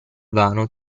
vano